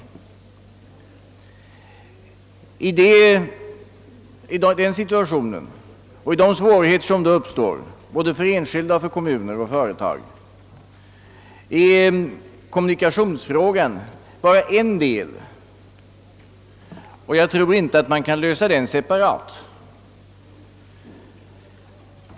Kommunikationsfrågan utgör bara en del av de svårigheter som i den situationen uppstår för enskilda, kommuner och företag, och jag tror inte att man kan lösa den separat.